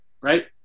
right